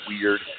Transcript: weird